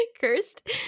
Cursed